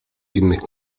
innych